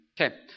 Okay